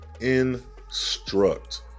Instruct